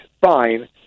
fine